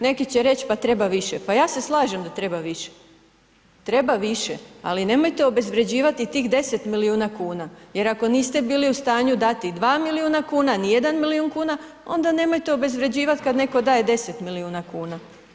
Neki će reć pa treba više, pa ja se slažem da treba više, treba više ali nemojte obezvrjeđivati tih 10 milijuna kuna jer ako niste bili u stanju dati 2 milijuna kuna, nijedan milijun kuna, onda nemojte obezvrjeđivati kad netko daje 10 milijuna kuna.